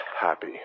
happy